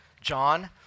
John